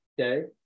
Okay